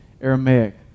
Aramaic